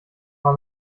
war